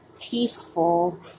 peaceful